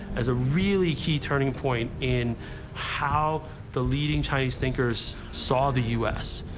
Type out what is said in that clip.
as a really key turning point in how the leading chinese thinkers saw the u s,